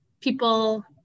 people